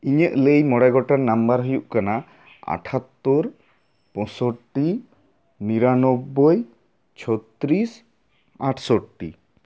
ᱤᱧᱟᱜ ᱞᱟᱹᱭ ᱢᱚᱬᱮ ᱜᱚᱴᱮᱱ ᱱᱟᱢᱵᱟᱨ ᱦᱩᱭᱩᱜ ᱠᱟᱱᱟ ᱟᱴᱷᱟᱛᱛᱳᱨ ᱯᱚᱥᱳᱥᱴᱤ ᱱᱤᱨᱟᱱᱱᱵᱚᱭ ᱪᱷᱚᱛᱤᱨᱤᱥ ᱟᱴᱥᱚᱴᱴᱤ